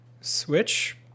Switch